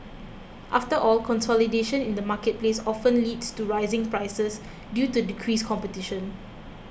after all consolidation in the marketplace often leads to rising prices due to decreased competition